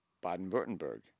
Baden-Württemberg